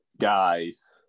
Guys